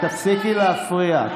תפסיקי להפריע.